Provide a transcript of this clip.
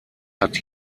hat